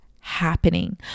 happening